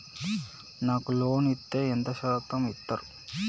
నాకు లోన్ ఇత్తే ఎంత శాతం ఇత్తరు?